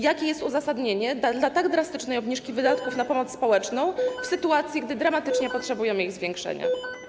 Jakie jest uzasadnienie tak drastycznej obniżki wydatków na pomoc społeczną, w sytuacji gdy dramatycznie potrzebujemy ich zwiększenia?